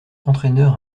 entraîneur